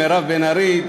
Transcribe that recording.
חברי הכנסת מירב בן ארי,